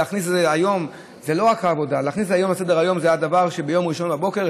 להכניס את זה היום לסדר-היום היה דבר שביום ראשון בבוקר,